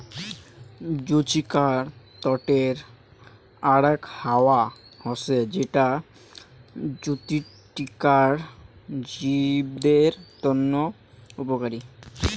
জুচিকার তটের আরাক হাওয়া হসে যেটা জুচিকার জীবদের তন্ন উপকারী